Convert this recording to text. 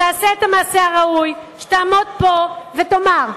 תעשה את המעשה הראוי, תעמוד פה, ותאמר: